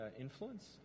influence